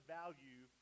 value